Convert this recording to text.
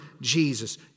Jesus